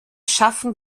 schaffen